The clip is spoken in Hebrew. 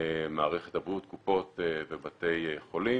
מערכת הבריאות, קופות ובתי חולים